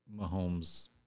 Mahomes